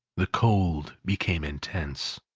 the cold became intense.